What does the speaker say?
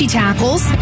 tackles